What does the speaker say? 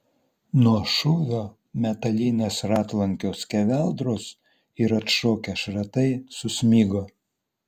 nuo šūvio metalinės ratlankio skeveldros ir atšokę šratai susmigo